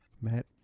Matt